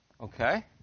Okay